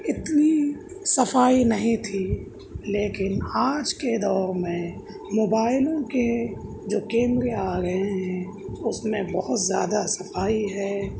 اتنی صفائی نہیں تھی لیکن آج کے دور میں موبائلوں کے جو کیمرے آ گئے ہیں اس میں بہت زیادہ صفائی ہے